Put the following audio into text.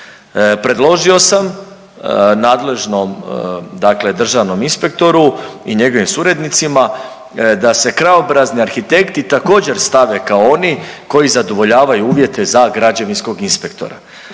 Predložio sam nadležnom dakle državnom inspektoru i njegovim suradnicima da se krajobrazni arhitekti također stave kao oni koji zadovoljavaju uvjete za građevinskog inspektora.